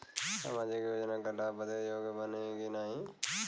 सामाजिक योजना क लाभ बदे योग्य बानी की नाही?